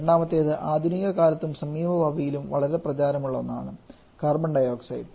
രണ്ടാമത്തേത് ആധുനിക കാലത്തും സമീപഭാവിയിലും വളരെ പ്രചാരമുള്ള ഒന്നാണ് കാർബൺ ഡൈഓക്സൈഡ്